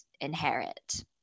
inherit